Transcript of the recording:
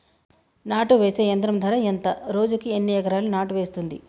నాటు వేసే యంత్రం ధర ఎంత రోజుకి ఎన్ని ఎకరాలు నాటు వేస్తుంది?